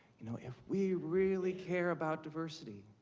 you know if we really care about diversity,